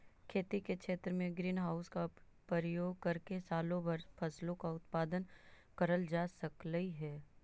खेती के क्षेत्र में ग्रीन हाउस का प्रयोग करके सालों भर फसलों का उत्पादन करल जा सकलई हे